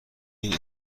این